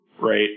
right